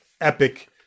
epic